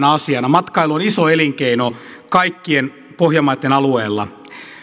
asiana matkailu on iso elinkeino kaikkien pohjanmaitten alueilla